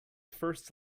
first